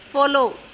follow